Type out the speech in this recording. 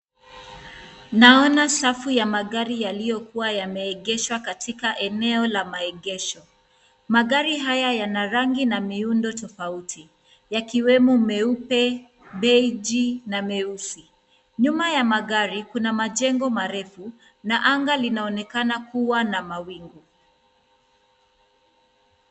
Naona safu ya magari yaliyokuwa yameegeshwa katika eneo la maegesho. Magari haya yana rangi na miundo tofauti, yakiwemo meupe, beiji na meusi. Nyuma ya magari, kuna majengo marefu na anga linaonekana kuwa na mawingu.